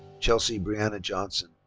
chelsea brianna johnson.